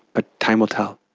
ah time will tell.